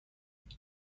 بزرگ